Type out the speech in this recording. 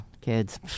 Kids